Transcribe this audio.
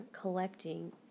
collecting